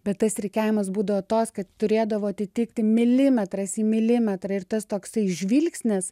bet tas rikiavimas būdavo toks kad turėdavo atitikti milimetras į milimetrą ir tas toksai žvilgsnis